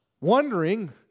wondering